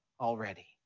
already